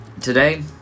Today